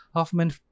Hoffman